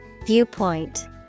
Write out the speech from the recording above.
Viewpoint